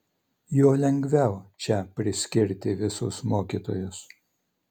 juo lengviau čia priskirti visus mokytojus